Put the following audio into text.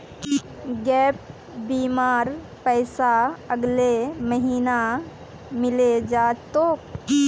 gap बीमार पैसा अगले महीने मिले जा तोक